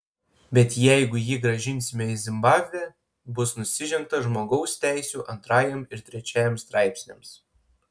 bet jeigu jį grąžinsime į zimbabvę bus nusižengta žmogaus teisių antrajam ir trečiajam straipsniams